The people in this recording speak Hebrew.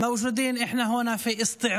אנו נמצאים כאן היום רק בדיונים